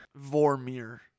Vormir